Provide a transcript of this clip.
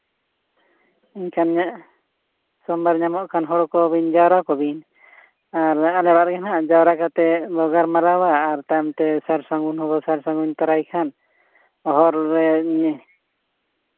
ᱤᱱᱠᱟᱜᱮ ᱥᱳᱢᱵᱟᱨ ᱧᱟᱢᱚᱜ ᱠᱷᱟᱱ ᱦᱚᱲ ᱠᱚᱵᱤᱱ ᱟᱹᱵᱤᱱ ᱡᱟᱣᱨᱟ ᱠᱚᱵᱤᱱ ᱟᱨ ᱟᱞᱮ ᱚᱲᱟᱜ ᱨᱮᱜᱮ ᱦᱟᱸᱜ ᱡᱟᱣᱨᱟ ᱠᱟᱛᱮ ᱵᱚᱱ ᱜᱟᱞᱢᱟᱨᱟᱣᱟ ᱟᱨ ᱛᱟᱭᱚᱢ ᱛᱮ ᱥᱟᱨ ᱥᱟᱹᱜᱩᱱ ᱵᱚᱱ ᱥᱟᱨ ᱥᱟᱹᱜᱩᱱ ᱛᱟᱨᱟᱭ ᱠᱷᱟᱱ ᱦᱚᱨ ᱨᱮ